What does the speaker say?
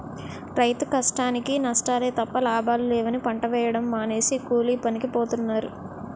రైతు కష్టానికీ నష్టాలే తప్ప లాభాలు లేవని పంట వేయడం మానేసి కూలీపనికి పోతన్నారు